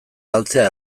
galtzea